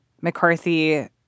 McCarthy